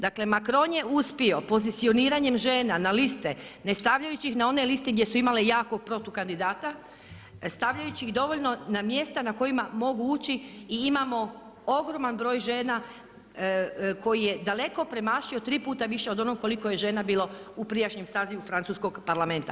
Dakle, Makron je uspio pozicioniranjem žena na liste ne stavljajući ih na one liste gdje su imale jakog protukandidata stavljajući ih dovoljno na mjesta na koja mogu ući i imamo ogroman broj žena koji je daleko premašio tri puta više od onog koliko je žena bilo u prijašnjem sazivu francuskog Parlamenta.